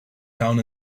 found